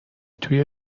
توی